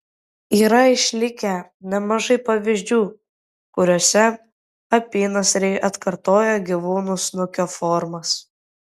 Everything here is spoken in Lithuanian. yra išlikę nemažai pavyzdžių kuriuose apynasriai atkartoja gyvūnų snukio formas